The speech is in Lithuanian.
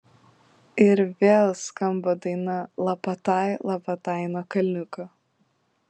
ir vėl skamba daina lapatai lapatai nuo kalniuko